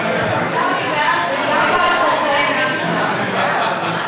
זכויות ספורטאי בוגר),